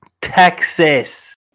Texas